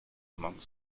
among